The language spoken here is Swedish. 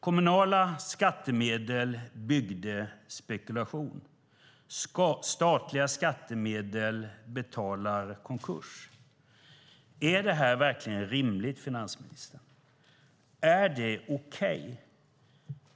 Kommunala skattemedel byggde spekulationer. Statliga skattemedel betalar konkurs. Är detta rimligt, finansministern? Är det okej?